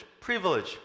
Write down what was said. privilege